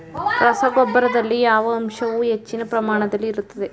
ರಸಗೊಬ್ಬರದಲ್ಲಿ ಯಾವ ಅಂಶವು ಹೆಚ್ಚಿನ ಪ್ರಮಾಣದಲ್ಲಿ ಇರುತ್ತದೆ?